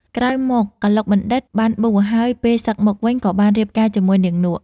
ក្រោយមក កឡុកបណ្ឌិត្យ បានបួស ហើយពេលសឹកមកវិញ ក៏បានរៀបការជាមួយនាងនក់ ។